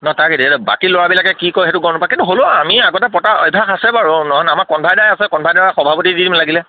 নহ তাকেতো বাকী ল'ৰাবিলাকে কি কয় সেইটো গম নাপাওঁ কিন্তু হ'লেও আমি আগতে পতা অভ্যাস আছে বাৰু নহয় নহয় আমাৰ কনভাই আছে কনভাইদাক সভাপতি দি দিম লাগিলে